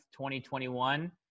2021